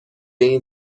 این